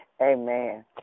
Amen